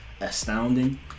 astounding